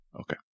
Okay